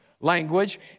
language